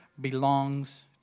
belongs